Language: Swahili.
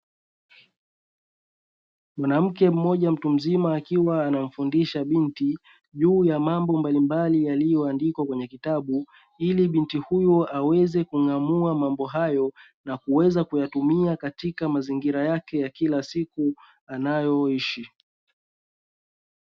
Mwanamke mmoja mtu mzima akiwa anamfundisha binti juu ya mambo mbalimbali yaliyoandikwa kwenye kitabu, ili binti huyo aweze kung'amua mambo hayo na kuweza kuyatumia katika mazingira yake ya kila siku anayoishi.